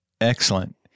excellent